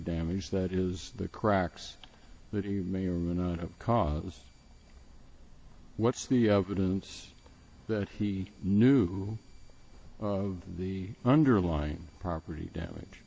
damage that is the cracks that he may or may not have cause what's the evidence that he knew of the underlying property damage